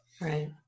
right